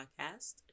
podcast